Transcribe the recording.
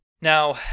Now